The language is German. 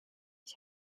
ich